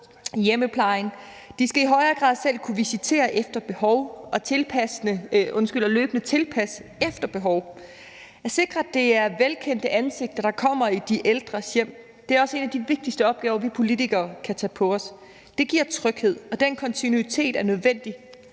i hjemmeplejen, og de skal i højere grad selv kunne visitere efter behov og løbende tilpasse efter behov. At sikre, at det er velkendte ansigter, der kommer i de ældres hjem, er også en af de vigtigste opgaver, vi politikere kan tage på os. Det giver tryghed, og den kontinuitet er nødvendig,